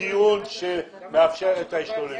חברים,